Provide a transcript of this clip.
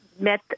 Met